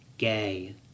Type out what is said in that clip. gay